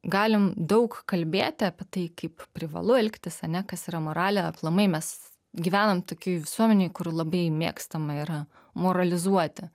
galim daug kalbėti apie tai kaip privalu elgtis ane kas yra moralė aplamai mes gyvenam tokioj visuomenėj kur labai mėgstama yra moralizuoti